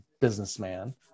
businessman